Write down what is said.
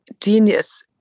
genius